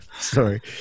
Sorry